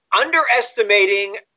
underestimating